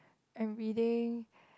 I am reading